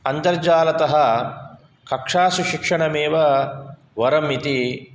अन्तर्जालतः कक्षासु शिक्षणमेव वरम् इति